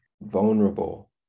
vulnerable